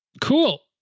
Cool